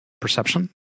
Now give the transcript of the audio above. perception